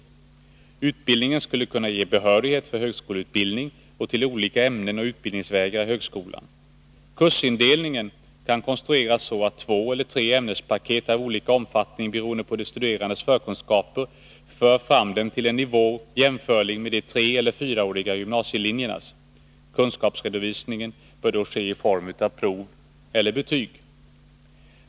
Utbildningen skulle kunna ge behörighet för högskoleutbildning och till olika ämnen och utbildningsvägar i högskolan. Kursindelningen kan konstrueras så, att två eller tre ämnespaket av olika omfattning beroende på de studerandes förkunskaper för fram dem till en nivå jämförlig med de treeller fyraåriga gymnasielinjernas. Kunskapsredovisningen bör då ske i form av prov eller betyg.